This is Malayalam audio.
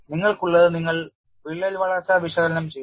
നിങ്ങൾക്കുള്ളത് നിങ്ങൾ വിള്ളൽ വളർച്ച വിശകലനം ചെയ്യണം